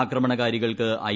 ആക്രമണകാരികൾക്ക് I